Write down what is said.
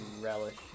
relish